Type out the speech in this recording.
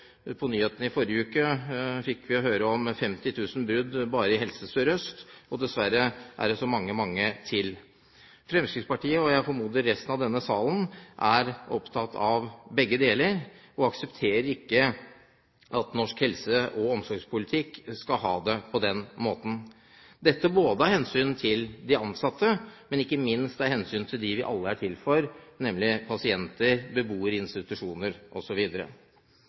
På nyhetene i forrige uke fikk vi jo høre om 50 000 brudd bare i Helse Sør-Øst, og dessverre er det så mange, mange flere. Fremskrittspartiet og jeg formoder resten av denne salen er opptatt av begge deler, og aksepterer ikke at norsk helse- og omsorgspolitikk skal ha det på den måten, dette både av hensyn til de ansatte og ikke minst av hensyn til dem vi alle er til for, nemlig pasienter, beboere i institusjoner